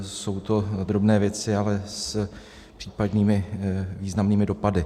Jsou to drobné věci, ale s případnými významnými dopady.